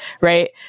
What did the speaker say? right